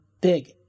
Big